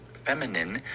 feminine